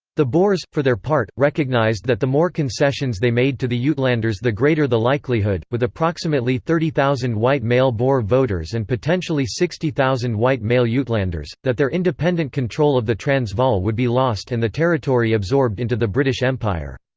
the boers, for their part, recognised that the more concessions they made to the yeah uitlanders the greater the likelihood with approximately thirty thousand white male boer voters and potentially sixty thousand white male yeah uitlanders that their independent control of the transvaal would be lost and the territory absorbed into the british empire.